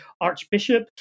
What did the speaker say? archbishop